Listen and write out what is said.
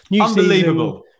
Unbelievable